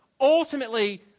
ultimately